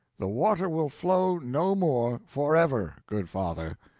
the water will flow no more forever, good father.